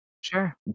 Sure